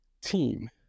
team